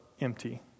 empty